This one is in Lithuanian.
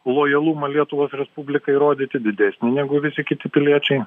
lojalumą lietuvos respublikai rodyti didesnį negu visi kiti piliečiai